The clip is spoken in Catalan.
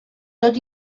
tot